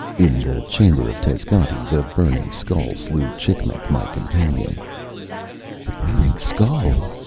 in the chamber of tezcoti the burning skull slew chicmec, my companion the burning skull!